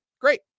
Great